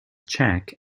check